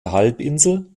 halbinsel